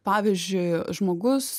pavyzdžiui žmogus